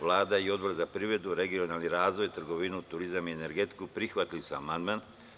Vlada i Odbor za privredu, regionalni razvoj, trgovinu, turizam i energetiku prihvatili su amandman.